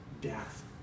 death